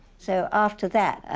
so after that,